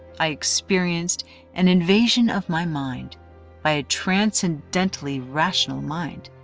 i experienced an invasion of my mind by a transcendentally rational mind,